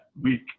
week